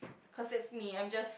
cause it's me I'm just